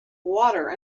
water